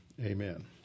Amen